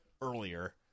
earlier